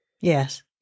Yes